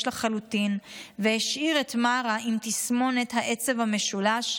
לחלוטין והשאיר את מארה עם תסמונת העצב המשולש,